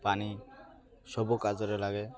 ପାଣି ସବୁ କର୍ଯ୍ୟରେ ଲାଗେ